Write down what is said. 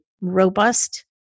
robust